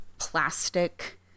plastic